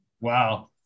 Wow